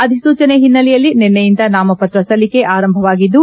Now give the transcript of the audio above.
ಅಧಿಸೂಚನೆ ಹಿನ್ನೆಲೆಯಲ್ಲಿ ನಿನ್ನೆಯಿಂದಲೇ ನಾಮಪತ್ರ ಸಲ್ಲಿಕೆ ಆರಂಭವಾಗಿದ್ದು